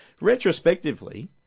Retrospectively